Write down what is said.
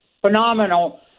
phenomenal